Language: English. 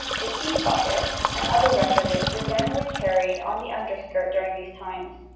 the keys' pocket and other requisites were generally carried on the underskirt during these times.